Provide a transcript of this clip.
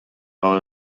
кала